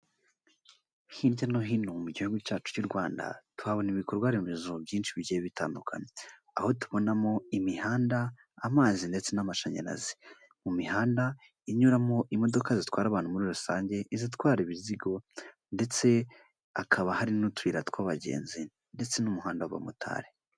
Hirya no hino mu gihugu cyacu cy'u Rwanda tuhabona ibikorwaremezo byinshi bigiye bitandukanye, aho tubonamo imihanda, amazi ndetse n'amashanyarazi, mu mihanda inyuramo imodoka zitwara abantu muri rusange, izatwara ibizigo ndetse hakaba hari n'utuyira tw'abagenzi ndetse n'umuhanda w'amotari.